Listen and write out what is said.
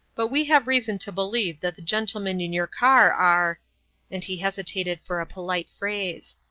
but we have reason to believe that the gentlemen in your car are and he hesitated for a polite phrase.